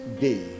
day